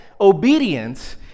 obedience